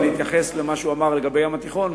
ואני אתייחס למה שהוא אמר לגבי הים התיכון.